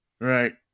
Right